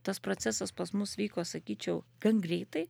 tas procesas pas mus vyko sakyčiau gan greitai